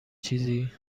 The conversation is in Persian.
چیزی